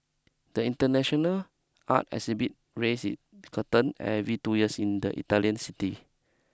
the international art exhibit raise it curtain every two years in the Italian city